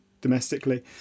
domestically